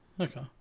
Okay